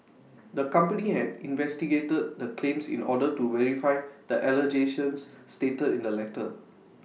the company had investigated the claims in order to verify the allegations stated in the letter